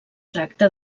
tracta